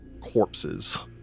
corpses